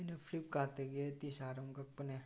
ꯑꯩꯅ ꯐ꯭ꯂꯤꯞꯀꯥꯔꯠꯇꯒꯤ ꯇꯤꯁꯥꯔꯠ ꯑꯃ ꯀꯛꯄꯅꯦ